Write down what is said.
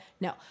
No